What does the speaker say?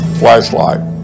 flashlight